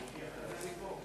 הנה, אני פה.